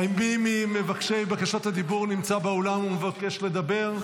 האם מי ממבקשי בקשות הדיבור נמצא באולם ומבקש לדבר?